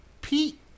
Pete